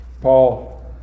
Paul